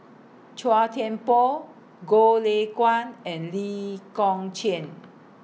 Chua Thian Poh Goh Lay Kuan and Lee Kong Chian